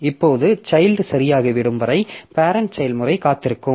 இப்போது சைல்ட் சரியாகிவிடும் வரை பேரெண்ட் செயல்முறை காத்திருக்கலாம்